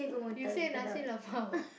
you say nasi-lemak [what]